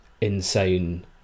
insane